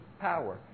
power